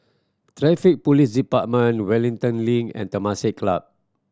Traffic Police Department Wellington Link and Temasek Club